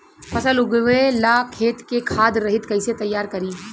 फसल उगवे ला खेत के खाद रहित कैसे तैयार करी?